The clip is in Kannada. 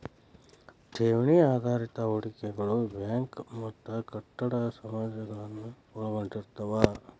ಠೇವಣಿ ಆಧಾರಿತ ಹೂಡಿಕೆಗಳು ಬ್ಯಾಂಕ್ ಮತ್ತ ಕಟ್ಟಡ ಸಮಾಜಗಳನ್ನ ಒಳಗೊಂಡಿರ್ತವ